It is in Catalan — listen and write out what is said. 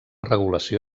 regulació